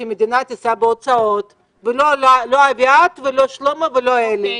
שהמדינה תישא בהוצאות ולא אביעד, לא שלמה ולא אלי.